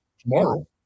tomorrow